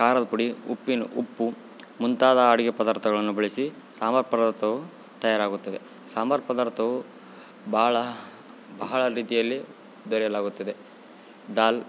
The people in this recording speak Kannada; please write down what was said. ಖಾರದ ಪುಡಿ ಉಪ್ಪಿನ ಉಪ್ಪು ಮುಂತಾದ ಅಡಿಗೆ ಪದಾರ್ಥಗಳನ್ನು ಬಳಸಿ ಸಾಂಬಾರ್ ಪದಾರ್ಥವು ತಯಾರಾಗುತ್ತದೆ ಸಾಂಬಾರು ಪದಾರ್ಥವು ಭಾಳ ಬಹಳ ರೀತಿಯಲ್ಲಿ ದೊರೆಯಲಾಗುತ್ತದೆ ದಾಲ್